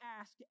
ask